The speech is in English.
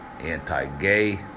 anti-gay